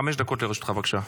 חמש דקות לרשותך, בבקשה.